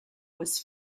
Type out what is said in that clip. was